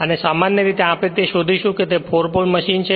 અને સામાન્ય રીતે આપણે શોધીશું કે તે 4 પોલ મશીન છે